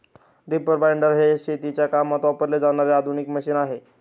reaper binder हे शेतीच्या कामात वापरले जाणारे आधुनिक मशीन आहे